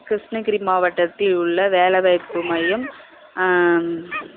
கிருஷ்ணகிரி மாவட்டத்தில் உள்ள வேலை வாய்ப்பு மையம்